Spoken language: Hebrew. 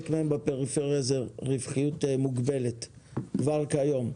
מהם בפריפריה זו רווחיות מוגבלת כבר כיום.